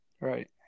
Right